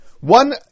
One